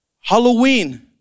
Halloween